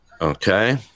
Okay